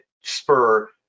spur